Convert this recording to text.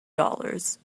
dollars